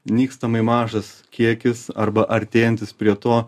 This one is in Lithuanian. nykstamai mažas kiekis arba artėjantis prie to